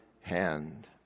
hand